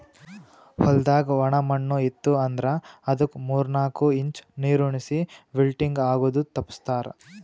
ಹೊಲ್ದಾಗ ಒಣ ಮಣ್ಣ ಇತ್ತು ಅಂದ್ರ ಅದುಕ್ ಮೂರ್ ನಾಕು ಇಂಚ್ ನೀರುಣಿಸಿ ವಿಲ್ಟಿಂಗ್ ಆಗದು ತಪ್ಪಸ್ತಾರ್